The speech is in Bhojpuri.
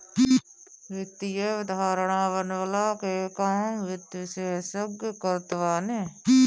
वित्तीय अवधारणा बनवला के काम वित्त विशेषज्ञ करत बाने